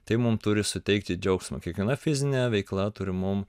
tai mum turi suteikti džiaugsmo kiekviena fizinė veikla turi mum